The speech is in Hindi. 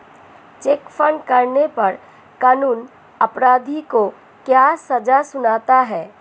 चेक फ्रॉड करने पर कानून अपराधी को क्या सजा सुनाता है?